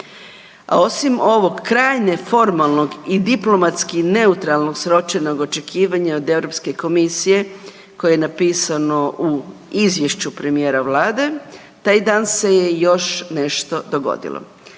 A osim ovog krajnje formalnog i diplomatski neutralnog sročenog očekivanja od Europske komisije koje je napisano u izvješću premijera Vlade taj dan se je još nešto dogodilo.